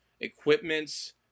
Equipments